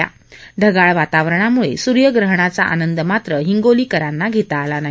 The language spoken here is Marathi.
या ढगाळ वातावरणामुळे सूर्यग्रहणाचा आनंद मात्र हिंगोलीकरांना घेता आला नाही